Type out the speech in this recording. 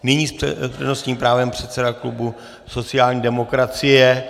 Nyní s přednostním právem předseda klubu sociální demokracie...